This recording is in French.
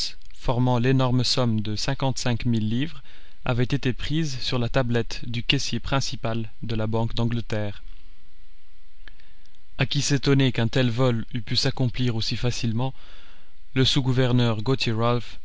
formant l'énorme somme de cinquante-cinq mille livres avait été prise sur la tablette du caissier principal de la banque d'angleterre a qui s'étonnait qu'un tel vol eût pu s'accomplir aussi facilement le sous-gouverneur gauthier